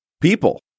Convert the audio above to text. people